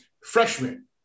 freshman